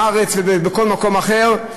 בארץ ובכל מקום אחר,